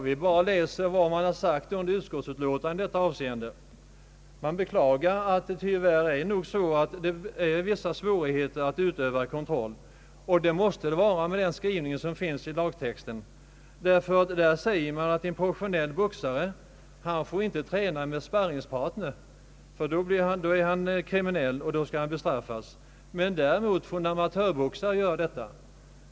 Vi läser bara vad som sagts i utskottsutlåtandet i detta avseende. Man beklagar att det tyvärr är så att det föreligger vissa svårigheter att utöva kontroll. Med den skrivning som finns i lagtexten måste det vara svårt att utöva kontroll. Det sägs i lagtexten att en professionell boxare inte får träna med sparringpartner, ty i så fall är han kriminell och skall bestraffas. Däremot får en amatörboxare göra detta.